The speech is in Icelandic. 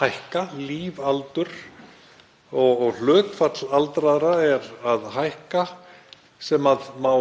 hækka, lífaldur, og hlutfall aldraðra er að hækka sem má